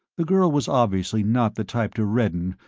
the girl was obviously not the type to redden,